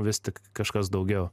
vis tik kažkas daugiau